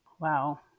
Wow